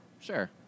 Sure